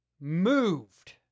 moved